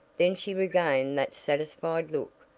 then she regained that satisfied look,